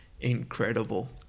incredible